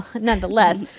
Nonetheless